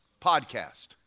Podcast